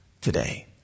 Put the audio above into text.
today